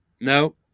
no